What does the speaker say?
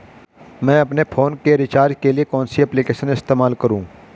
मैं अपने फोन के रिचार्ज के लिए कौन सी एप्लिकेशन इस्तेमाल करूँ?